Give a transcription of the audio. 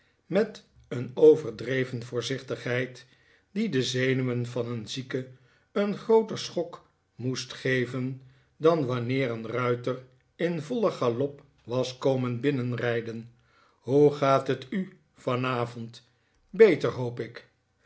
met een overdreven voorzichtigheid die de zenuwen van een zieke een grooter schok moest geven dan wanneer een ruiter in vollen galop was komen binnenrijden hoe gaat het u vanavond beter hoop ik